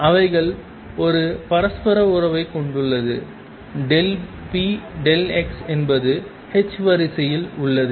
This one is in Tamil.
அவைகள் ஒரு பரஸ்பர உறவைக் கொண்டுள்ளது px என்பது வரிசையில் உள்ளது